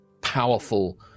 powerful